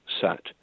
Sat